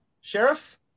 Sheriff